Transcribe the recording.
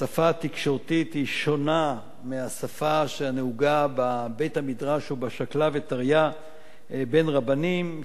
השפה התקשורתית שונה מהשפה הנהוגה בבית-המדרש או בשקלא וטריא בין רבנים.